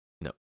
No